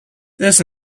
this